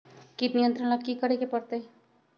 किट नियंत्रण ला कि करे के होतइ?